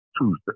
Tuesday